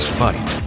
fight